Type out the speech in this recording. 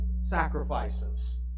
sacrifices